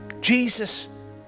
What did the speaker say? Jesus